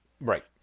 Right